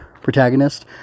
protagonist